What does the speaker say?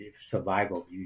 survival